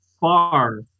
far